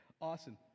Awesome